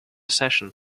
season